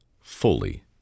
fully